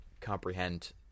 comprehend